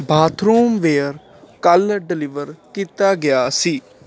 bathroom ware ਕੱਲ deliver ਕੀਤਾ ਗਿਆ ਸੀ